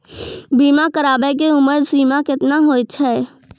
बीमा कराबै के उमर सीमा केतना होय छै?